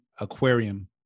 aquarium